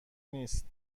نیست